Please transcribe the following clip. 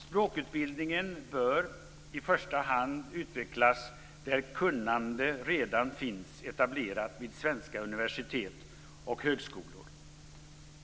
Språkutbildningen bör i första hand utvecklas där kunnande redan finns etablerat vid svenska universitet och högskolor.